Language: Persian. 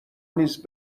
نیز